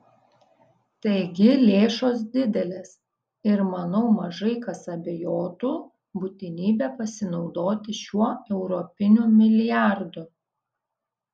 taigi lėšos didelės ir manau mažai kas abejotų būtinybe pasinaudoti šiuo europiniu milijardu